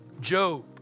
Job